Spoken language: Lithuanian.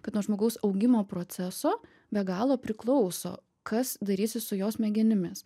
kad nuo žmogaus augimo proceso be galo priklauso kas darysis su jo smegenimis